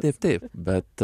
taip taip bet